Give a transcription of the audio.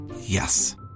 Yes